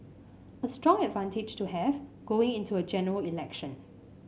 a strong advantage to have going into a General Election